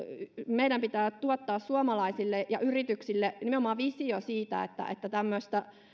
meidän pitää tuottaa suomalaisille ja yrityksille nimenomaan visio siitä